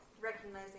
Recognizing